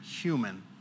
human